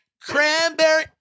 Cranberry